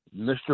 mr